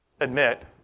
admit